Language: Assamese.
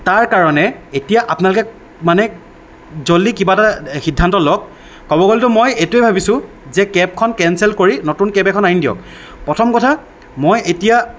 তো তাৰ কাৰণে এতিয়া আপোনালোকে মানে জল্দি কিবা এটা সিদ্ধান্ত লওক ক'ব গ'লেতো মই এইটোৱে ভাবিছোঁ যে কেবখন কেঞ্চেল কৰি নতুন কেব এখন আনি দিয়ক প্ৰথম কথা মই এতিয়া